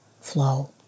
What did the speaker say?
flow